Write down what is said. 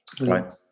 Right